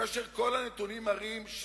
כאשר כל הנתונים מראים,